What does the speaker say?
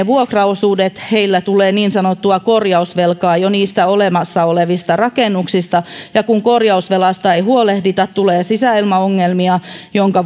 vuokraosuudet vähenevät tulee niin sanottua korjausvelkaa jo niistä olemassa olevista rakennuksista ja kun korjausvelasta ei huolehdita tulee sisäilmaongelmia minkä